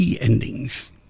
endings